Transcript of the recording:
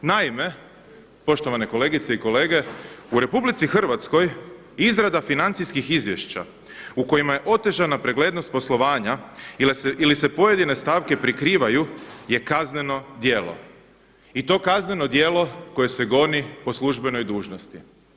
Naime, poštovane kolegice i kolege u RH izrada financijskih izvješća u kojima je otežana preglednost poslovanja ili se pojedine stavke prikrivaju je kazneno djelo i to kazneno djelo koje se goni po službenoj dužnosti.